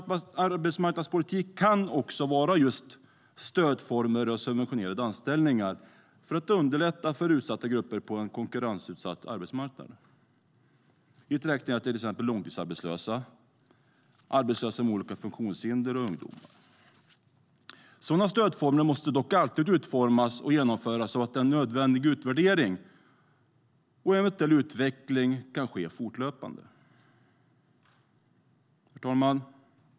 Arbetsmarknadspolitik kan också vara just olika stödformer och subventionerade anställningar för att underlätta för utsatta grupper på en konkurrensutsatt arbetsmarknad. Hit räknar jag till exempel långtidsarbetslösa, arbetslösa med olika funktionshinder och ungdomar. Sådana stödformer måste dock alltid utformas och genomföras så att en nödvändig utvärdering och eventuell utveckling kan ske fortlöpande. Herr talman!